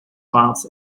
fatos